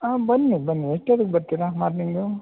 ಹಾಂ ಬನ್ನಿ ಬನ್ನಿ ಎಷ್ಟೊತ್ತಿಗೆ ಬರ್ತೀರಾ ಮಾರ್ನಿಂಗ್